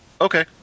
Okay